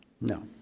No